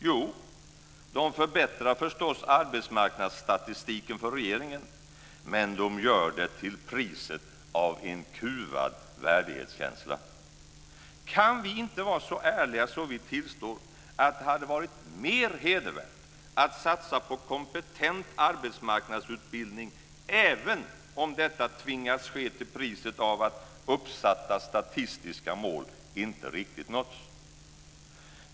Jo, de förbättrar förstås arbetsmarknadsstatistiken för regeringen, men de gör det till priset av en kuvad värdighetskänsla. Kan vi inte vara så ärliga att vi tillstår att det hade varit mer hedervärt att satsa på kompetent arbetsmarknadsutbildning, även om detta tvingats ske till priset av att uppsatta statistiska mål inte riktigt nåtts?